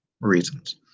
reasons